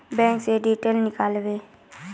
Bank से detail नीकालव?